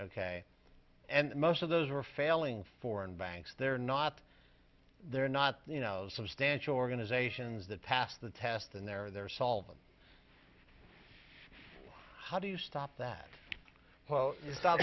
ok and most of those were failing foreign banks they're not they're not you know substantial organizations that pass the test and they're there solve them how do you stop that you st